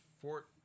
Fort